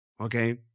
Okay